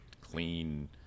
clean